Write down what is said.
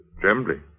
Trembling